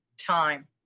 time